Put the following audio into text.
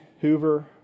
Hoover